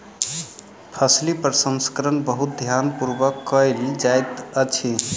फसील प्रसंस्करण बहुत ध्यान पूर्वक कयल जाइत अछि